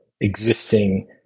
existing